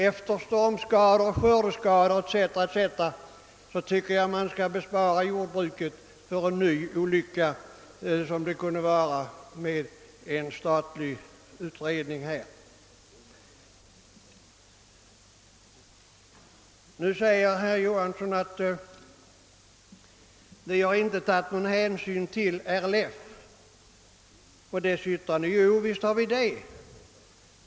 Efter stormskador, skördeskador, etc. tycker jag att vi skall bespara jordbruket den ytterligare olycka som en statlig utredning på detta område kunde bli. Herr Johansson i Växjö sade att utskottet inte tagit hänsyn till RLF:s yttrande. Jo, visst har vi gjort det.